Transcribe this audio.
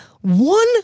one